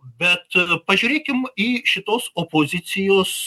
bet pažiūrėkim į šitos opozicijos